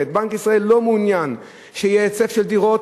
בנק ישראל לא מעוניין שיהיה היצף של דירות,